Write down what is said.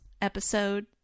episode